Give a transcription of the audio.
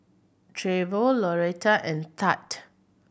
Trevor Loretta and Thad